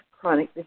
chronic